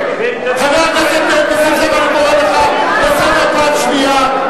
חבר הכנסת נסים זאב, אני קורא לך לסדר פעם ראשונה.